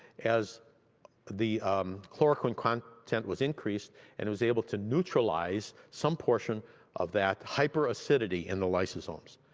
as the caloric and content content was increased and it was able to neutralize some portion of that hyperacidity in the lysosomes.